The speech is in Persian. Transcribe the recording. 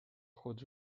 خود